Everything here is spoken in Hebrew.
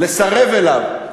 לסרב לו.